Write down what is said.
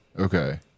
Okay